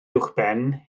uwchben